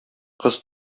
кыз